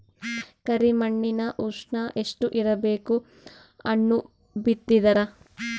ಕರಿ ಮಣ್ಣಿನ ಉಷ್ಣ ಎಷ್ಟ ಇರಬೇಕು ಹಣ್ಣು ಬಿತ್ತಿದರ?